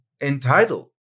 entitled